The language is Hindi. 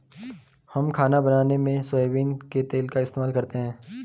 हम खाना बनाने में सोयाबीन के तेल का इस्तेमाल करते हैं